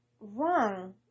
wrong